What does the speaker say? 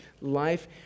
life